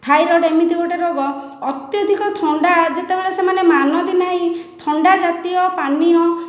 thyroid ଏମିତି ଗୋଟିଏ ରୋଗ ଅତ୍ୟଧିକ ଥଣ୍ଡା ଯେତେବେଳେ ସେମାନେ ମାନନ୍ତି ନାହିଁ ଥଣ୍ଡା ଜାତୀୟ ପାନୀୟ